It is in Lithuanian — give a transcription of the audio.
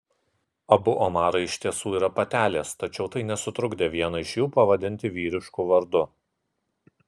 abu omarai iš tiesų yra patelės tačiau tai nesutrukdė vieną iš jų pavadinti vyrišku vardu